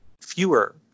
fewer